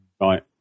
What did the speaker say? Right